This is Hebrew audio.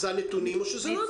זה הנתונים או שזה לא הנתונים?